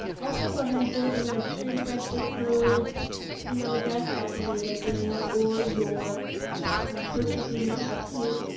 also ago ahead and fill in your street address, zip code email address, that can be your lake mail or your personal email, it's up to you,